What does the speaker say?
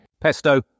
Pesto